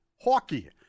hockey